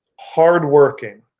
hardworking